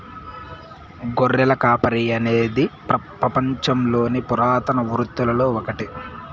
గొర్రెల కాపరి అనేది పపంచంలోని పురాతన వృత్తులలో ఒకటి